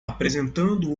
apresentando